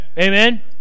Amen